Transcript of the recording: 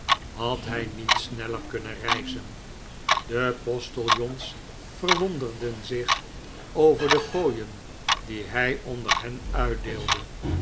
had hij niet sneller kunnen reizen de postiljons verwonderden zich over de fooien die hij onder hen uitdeelde